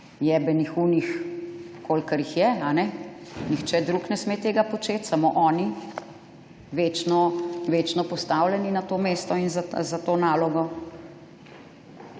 »jebenih« tistih, kolikor jih je, nihče drug ne sme tega početi, samo oni, večno postavljeni na to mesto in za to nalogo.